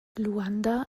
luanda